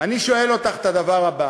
אני שואל אותך את הדבר הבא: